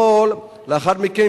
לאחר מכן,